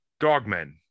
dogmen